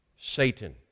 Satan